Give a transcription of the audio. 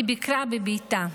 היא ביקרה בביתה.